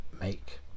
make